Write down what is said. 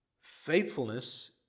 Faithfulness